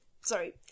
sorry